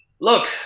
Look